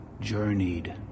journeyed